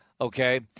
Okay